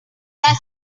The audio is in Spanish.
pasan